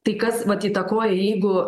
tai kas vat įtakoja jeigu